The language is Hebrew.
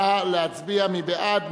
נא להצביע, מי בעד?